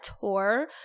tour